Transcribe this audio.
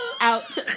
out